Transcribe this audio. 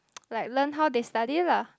like learn how they study lah